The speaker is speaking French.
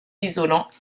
isolants